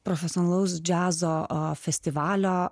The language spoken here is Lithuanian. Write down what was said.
profesionalaus džiazo festivalio